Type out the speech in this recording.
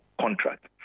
contract